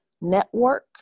network